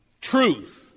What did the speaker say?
truth